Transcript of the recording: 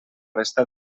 resta